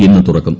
ഇന്ന് തുറക്കും